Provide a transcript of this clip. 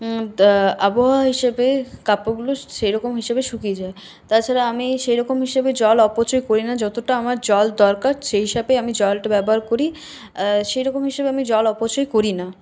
আবহাওয়া হিসেবে কাপড়গুলো সেরকম হিসেবে শুকিয়ে যায় তাছাড়া আমি সেরকম হিসেবে জল অপচয় করি না যতটা আমার জল দরকার সেই হিসেবেই আমি জলটা ব্যবহার করি সেই রকম হিসেবে আমি জল অপচয় করি না